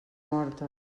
morta